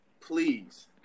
Please